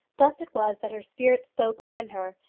thus it was that her spirit spoke within her,